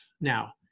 Now